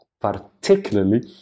particularly